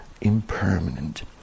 impermanent